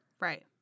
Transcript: Right